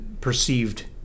perceived